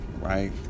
right